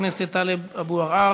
של חבר הכנסת טלב אבו עראר,